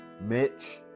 Mitch